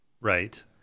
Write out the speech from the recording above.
Right